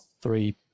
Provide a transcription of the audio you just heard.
three